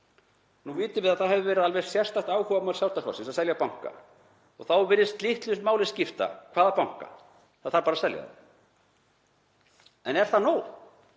Nú vitum við að það hefur verið alveg sérstakt áhugamál Sjálfstæðisflokksins að selja banka. Þá virðist litlu máli skipta hvaða banka, það þarf bara að selja hann. En er það nóg?